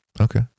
Okay